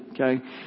Okay